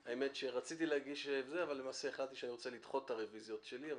רציתי להגיש רביזיות אבל למעשה החלטתי שאני רוצה לדחות את הרביזיות שלי.